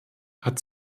hat